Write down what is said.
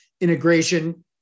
integration